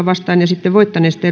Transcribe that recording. vastaan ja sitten voittaneesta